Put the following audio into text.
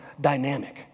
dynamic